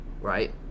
right